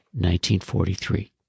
1943